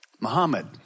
Muhammad